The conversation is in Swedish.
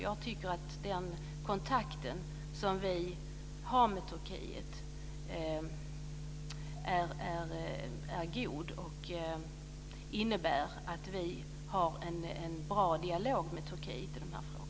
Jag tycker att den kontakt som vi har med Turkiet är god och innebär att vi har en bra dialog med Turkiet i dessa frågor.